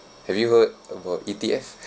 have you heard about E_T_F